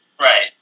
Right